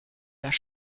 das